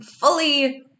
fully